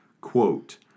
quote